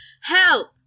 Help